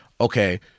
okay